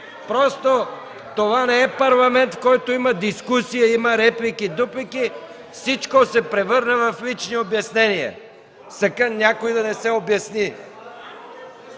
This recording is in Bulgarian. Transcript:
Това не е Парламент, в който има дискусия, реплики и дуплики, всичко се превърна в лични обяснения. Сакън някой да не се обясни.